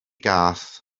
gath